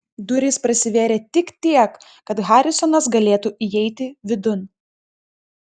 durys prasivėrė tik tiek kad harisonas galėtų įeiti vidun